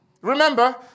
Remember